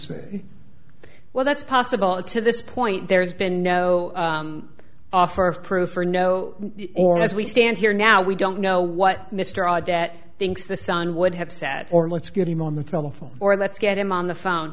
say well that's possible to this point there's been no offer of proof or no or as we stand here now we don't know what mr awed at thinks the son would have said or let's get him on the telephone or let's get him on the phone